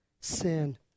sin